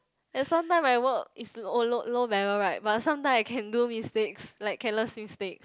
and sometime I work is low low viral right but sometime I can do mistakes like careless mistake